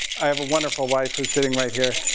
i have a wonderful wife who's sitting right here.